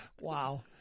Wow